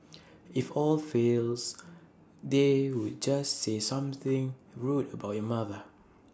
if all fails they would just say something rude about your mother